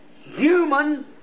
human